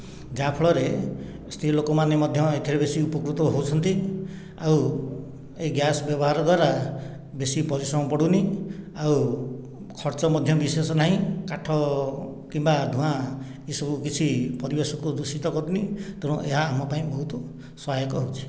ଯାହା ଫଳରେ ସ୍ତ୍ରୀ ଲୋକମାନେ ମଧ୍ୟ ଏଥିରୁ ବେଶି ଉପକୃତ ହେଉଛନ୍ତି ଆଉ ଏ ଗ୍ୟାସ ବ୍ୟବହାର ଦ୍ୱାରା ବେଶି ପରିଶ୍ରମ ପଡୁନି ଆଉ ଖର୍ଚ୍ଚ ମଧ୍ୟ୍ୟ ବିଶେଷ ନାହିଁ କାଠ କିମ୍ବା ଧୂଆଁ ଏସବୁ କିଛି ପରିବେଶକୁ ଦୂଷିତ କରୁନି ତେଣୁ ଏହା ଆମ ପାଇଁ ବହୁତ ସହାୟକ ହେଉଛି